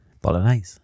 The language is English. Bolognese